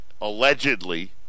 allegedly